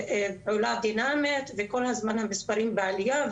כל הזמן המספרים בעלייה.